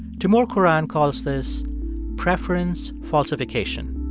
timur kuran calls this preference falsification.